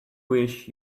wish